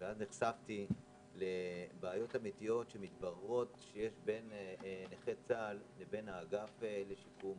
נחשפתי לבעיות אמיתיות שיש בין נכי צה"ל לבין האגף לשיקום.